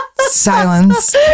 silence